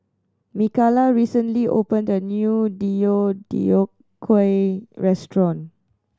Mikala recently opened a new Deodeok Gui restaurant